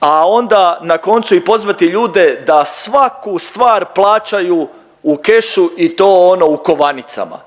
a onda na koncu i pozvati ljude da svaku stvar plaćaju u kešu i to ono u kovanicama